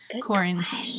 quarantine